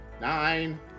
Nine